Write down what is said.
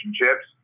relationships